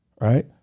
right